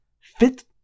Fit